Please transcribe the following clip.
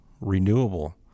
renewable